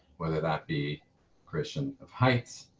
whether that be christian of heights.